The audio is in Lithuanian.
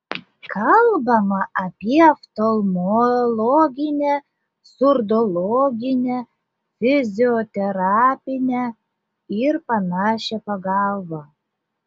kalbama apie oftalmologinę surdologinę fizioterapinę ir panašią pagalbą